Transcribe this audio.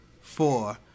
four